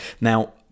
Now